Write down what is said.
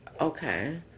Okay